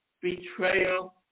betrayal